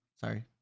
Sorry